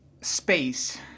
space